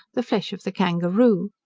the flesh of the kangaroo.